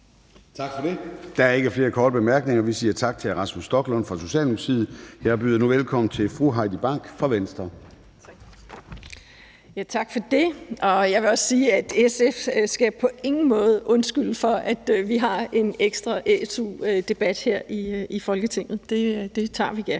Tak for det. Der er ikke flere korte bemærkninger. Vi siger tak til hr. Rasmus Stoklund fra Socialdemokratiet. Jeg byder nu velkommen til fru Heidi Bank fra Venstre. Kl. 19:28 (Ordfører) Heidi Bank (V): Tak for det. Jeg vil også sige, at SF på ingen måde skal undskylde for, at vi har en ekstra su-debat her i Folketinget. Det tager vi gerne.